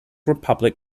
republic